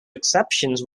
exceptions